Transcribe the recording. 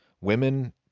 women